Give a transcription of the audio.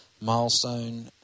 milestone